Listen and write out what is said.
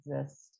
exist